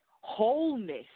wholeness